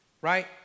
right